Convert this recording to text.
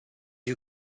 you